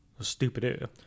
Stupid